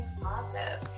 positive